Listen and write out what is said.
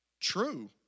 True